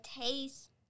taste